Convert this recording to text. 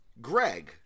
Greg